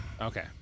Okay